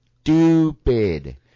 stupid